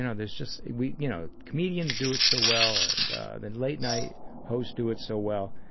and there's just a week, you know, comedians do it so well and then late night host do it so well.